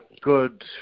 good